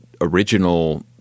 original